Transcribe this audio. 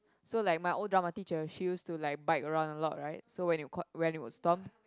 so like my old drama teacher she used to like bike around a lot right so when it caught when it would storm